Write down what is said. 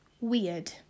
weird